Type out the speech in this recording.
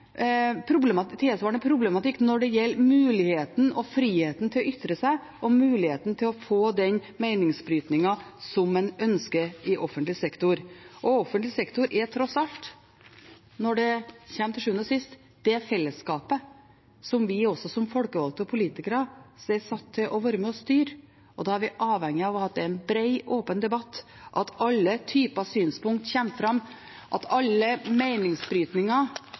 problematikk når det gjelder muligheten og friheten til å ytre seg og muligheten til å få den meningsbrytningen som en ønsker i offentlig sektor. Offentlig sektor er tross alt – til sjuende og sist – det fellesskapet som vi som folkevalgte og politikere er satt til å være med og styre. Da er vi avhengig av at det er en bred og åpen debatt, at alle typer synspunkter kommer fram, og at